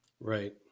Right